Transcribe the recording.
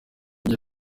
ibyo